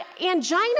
angina